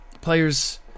Players